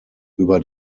über